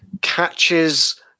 catches